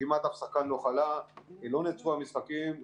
כמעט אף שחקן לא חלה ולא נעצרו המשחקים.